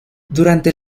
durante